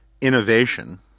innovation